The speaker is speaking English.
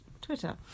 Twitter